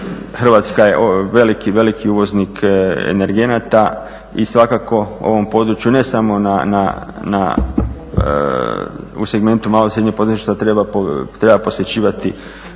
Hrvatska je veliki, veliki uvoznik energenata i svakako u ovom području ne samo u segmentu malog i srednjeg poduzetništva treba posvećivati